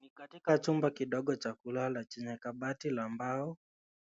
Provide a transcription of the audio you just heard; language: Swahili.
Ni katika chumba kidogo cha kulala chenye kabati la mbao